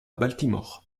baltimore